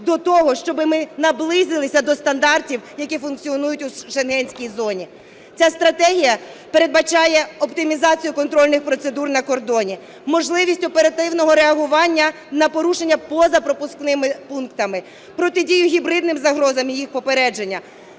до того, щоби ми наблизилися до стандартів, які функціонують у Шенгенській зоні. Ця стратегія передбачає оптимізацію контрольних процедур на кордоні; можливість оперативного реагування на порушення поза пропускними пунктами; протидію гібридним загрозам і їх попередження;